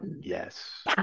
yes